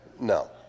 No